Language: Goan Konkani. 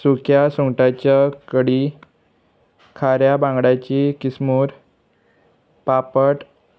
सुक्या सुंगटाच्या कडी खाऱ्या बांगड्याची किसमूर पापड